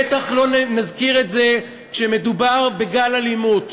ובטח לא נזכיר את זה כשמדובר בגל אלימות.